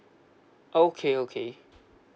okay okay